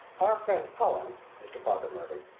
our friend cullen, mr. parker murmured,